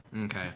Okay